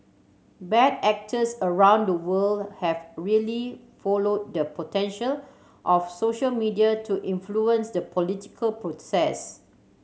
bad actors around the world have really followed the potential of social media to influence the political process